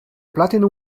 platinum